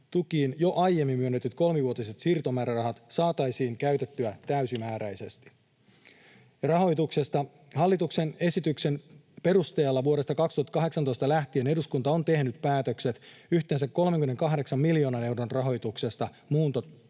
jo aiemmin myönnetyt kolmivuotiset siirtomäärärahat saataisiin käytettyä täysimääräisesti. Rahoituksesta: Hallituksen esityksen perusteella vuodesta 2018 lähtien eduskunta on tehnyt päätökset yhteensä 38 miljoonan euron rahoituksesta muuntotukiin